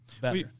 better